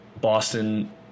Boston